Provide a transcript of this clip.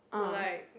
like